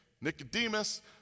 Nicodemus